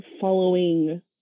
following